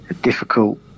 difficult